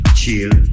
chill